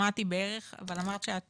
שמעתי בערך, אבל אמרת שאת